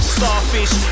Starfish